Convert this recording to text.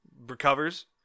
recovers